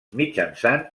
mitjançant